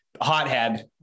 hothead